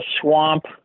swamp